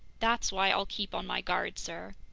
that's why i'll keep on my guard, sir.